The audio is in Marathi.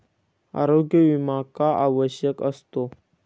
आरोग्य विमा का आवश्यक असतो?